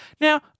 Now